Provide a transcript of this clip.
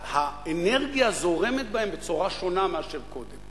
האנרגיה זורמת בהן בצורה שונה מאשר קודם,